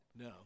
No